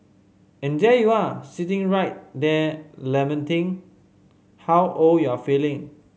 and there you are sitting right there lamenting how old you're feeling